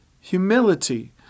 humility